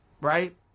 right